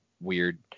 weird